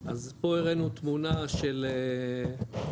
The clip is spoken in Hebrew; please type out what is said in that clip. אז פה הראינו תמונה של באמת,